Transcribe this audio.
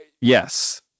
Yes